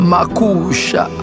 Makusha